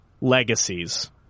legacies